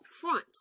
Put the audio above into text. front